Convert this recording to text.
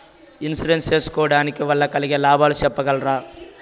Insurance సేసుకోవడం వల్ల కలిగే లాభాలు సెప్పగలరా?